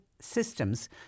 systems